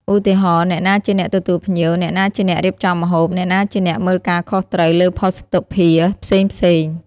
ឧទាហរណ៍ អ្នកណាជាអ្នកទទួលភ្ញៀវ អ្នកណាជាអ្នករៀបចំម្ហូប អ្នកណាជាអ្នកមើលការខុសត្រូវលើភ័ស្តុភារផ្សេងៗ។